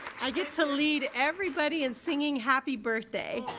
i get to lead everybody in singing happy birthday.